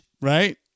right